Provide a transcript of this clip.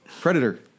Predator